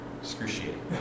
Excruciating